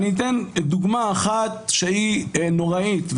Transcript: אני אתן דוגמה אחת שהיא נוראית.